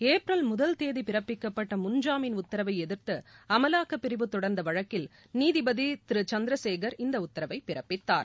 April முதல் தேதி பிற்பிக்கப்பட்ட முன் ஜாமீன் உத்தரவை எதிர்த்து அமலாக்க பிரிவு தொடர்ந்த வழக்கில் நீதிபதி திரு ச்ந்திரசேகர் இந்த உத்தரவை பிறப்பித்தார்